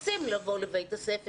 כאילו הם לא רוצים לבוא לבית הספר.